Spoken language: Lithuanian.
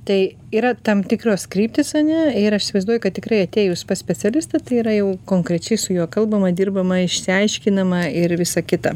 tai yra tam tikros kryptys ane ir aš įsivaizduoju kad tikrai atėjus pas specialistą tai yra jau konkrečiai su juo kalbama dirbama išsiaiškinama ir visa kita